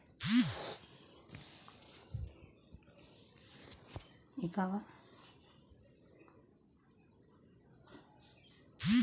भारत मछली उतपादन में विश्व में तिसरा स्थान पर बा